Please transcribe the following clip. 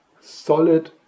solid